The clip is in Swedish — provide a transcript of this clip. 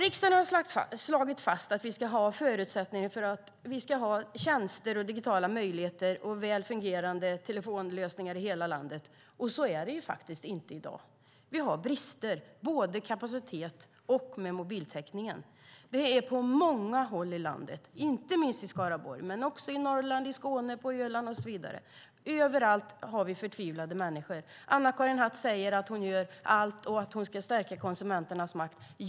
Riksdagen har slagit fast att vi ska ha tjänster och digitala möjligheter och väl fungerande telefonlösningar i hela landet. Så är det faktiskt inte i dag. Vi har brister. Det gäller både kapacitet och mobiltäckningen. Det är så på många håll i landet, inte minst i Skaraborg men också i Norrland, i Skåne, på Öland och så vidare. Överallt har vi förtvivlade människor. Anna-Karin Hatt säger att hon gör allt och att hon ska stärka konsumenternas makt.